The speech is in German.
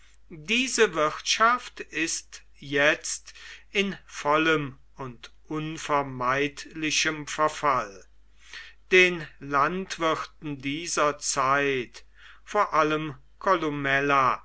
diese wirtschaft ist jetzt in vollem und unvermeidlichem verfall den landwirten dieser zeit vor allem